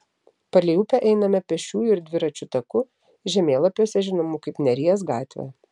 palei upę einame pėsčiųjų ir dviračių taku žemėlapiuose žinomų kaip neries gatvė